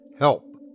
Help